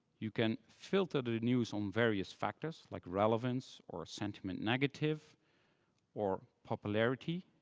you can filter the news on various factors, like relevance or sentiment negative or popularity,